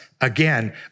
Again